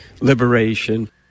liberation